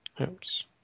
oops